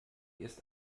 ist